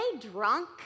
drunk